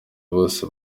bose